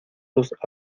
los